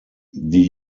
die